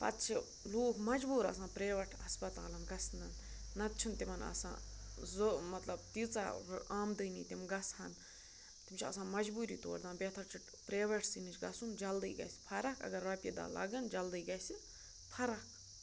پَتہٕ چھِ لوٗکھ مجبوٗر آسان پرٛیویٹ ہَسپَتالَن گژھنَن نَتہٕ چھِنہٕ تِمَن آسان ضوٚ مطلب تیٖژاہ آمدٔنی تِم گژھہن تِم چھِ آسان مجبوٗری تور دپان بہتر چھِ پرٛیویٹسٕے نِش گژھُن جلدی گژھِ فرق اگر رۄپیہِ دَہ لَگن جلدی گژھِ فرق